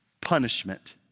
punishment